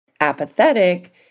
apathetic